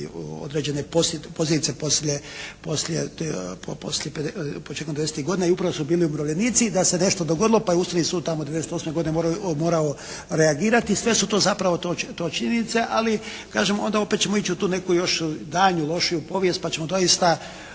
određene pozicije poslije početkom 90-tih godina i upravo su bili umirovljenici. I da se nešto dogodilo pa je Ustavni sud tamo 1998. godine morao reagirati. Sve su to zapravo činjenice. Ali kažem onda opet ćemo ići u tu neku daljnju lošiju povijest pa ćemo doista